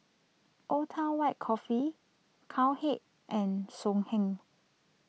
Old Town White Coffee Cowhead and Songhe